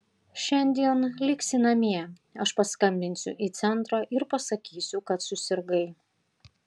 šiandien liksi namie aš paskambinsiu į centrą ir pasakysiu kad susirgai